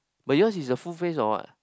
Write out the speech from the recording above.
but yours is a full face or what